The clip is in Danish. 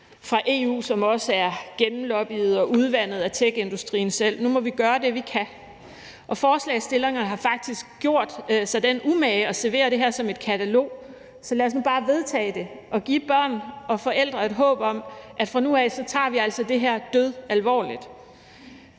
fra EU, som også er gennemlobbyet og udvandet af techindustrien selv. Nu må vi gøre det, vi kan. Forslagsstillerne har faktisk gjort sig den umage at servere det her som et katalog. Så lad os nu bare vedtage det og give børn og forældre et håb om, at vi fra nu af altså tager det her dødalvorligt.